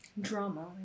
drama